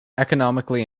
economically